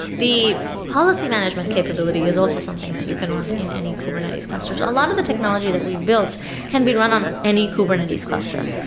the policy management capability is also something that you can run in any kubernetes cluster. a lot of the technology that we've built can be run on any kubernetes cluster.